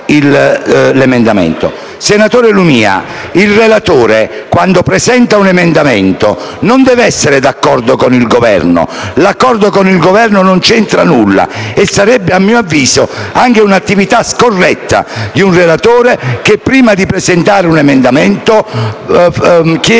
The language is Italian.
Senatore Lumia, il relatore, quando presenta un emendamento, non deve essere d'accordo con il Governo. L'accordo con il Governo non c'entra nulla e sarebbe, a mio avviso, anche un'attività scorretta quella di un relatore che, prima di presentare un emendamento, concordi